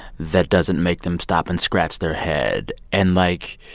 that doesn't make them stop and scratch their head? and, like,